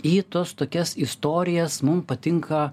į tas tokias istorijas mum patinka